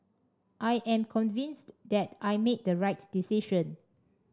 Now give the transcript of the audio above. I am convinced that I made the right decision